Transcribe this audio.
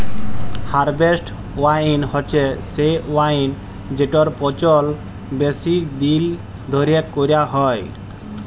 harvest wine হছে সে wine যেটর পচল বেশি দিল ধ্যইরে ক্যইরা হ্যয়